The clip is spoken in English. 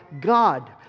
God